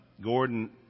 Gordon